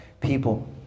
People